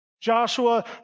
Joshua